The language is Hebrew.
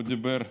הוא דיבר כאן,